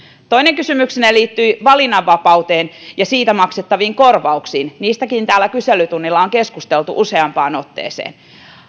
toinen kysymyksenne liittyi valinnanvapauteen ja siitä maksettaviin korvauksiin niistäkin täällä kyselytunnilla on keskusteltu useampaan otteeseen